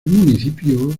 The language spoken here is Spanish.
municipio